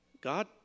God